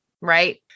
right